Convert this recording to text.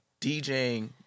DJing